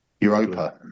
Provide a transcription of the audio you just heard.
Europa